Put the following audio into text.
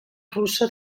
russa